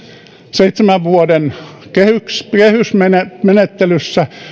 seitsemän vuoden kehysmenettelyssä